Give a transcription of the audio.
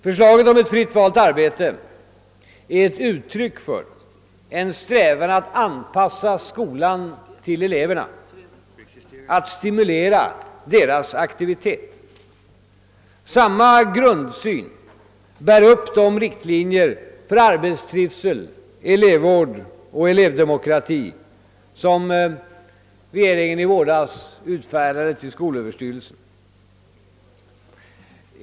Förslaget om ett fritt valt arbete är ett uttryck för en strävan att anpassa skolan till eleverna, att stimulera deras aktivitet. Samma grundsyn bär upp de riktlinjer för arbetstrivsel, elevvård och elevdemokrati som regeringen i våras utfärdade till skolöverstyrelsen.